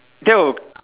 that will